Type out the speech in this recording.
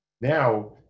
Now